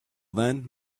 then